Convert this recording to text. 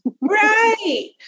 Right